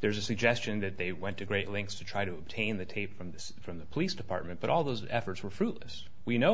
there's a suggestion that they went to great lengths to try to obtain the tape from this from the police department but all those efforts were fruitless we know